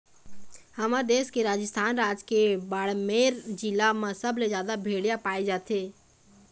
हमर देश के राजस्थान राज के बाड़मेर जिला म सबले जादा भेड़िया पाए जाथे